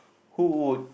who would